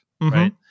right